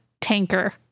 Tanker